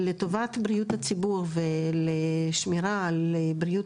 ולטובת בריאות הציבור ולשמירה על בריאות